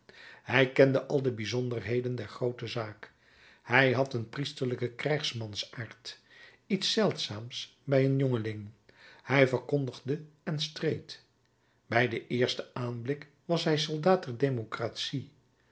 hij kende al de kleine bijzonderheden der groote zaak hij had een priesterlijken krijgsmansaard iets zeldzaams bij een jongeling hij verkondigde en streed bij den eersten aanblik was hij soldaat der democratie